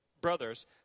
brothers